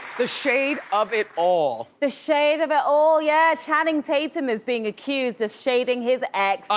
the shade of it all. the shade of it all, yeah, channing tatum is being accused of shading his ex,